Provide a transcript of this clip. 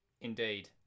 Indeed